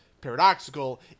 paradoxical